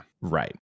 Right